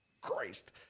Christ